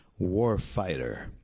warfighter